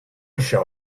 shall